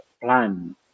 plan